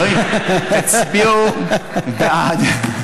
חברים, תצביעו בעד.